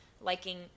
liking